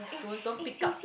don't don't pick up